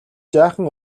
жаахан